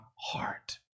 heart